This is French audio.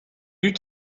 eut